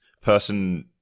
person